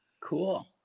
Cool